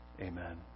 Amen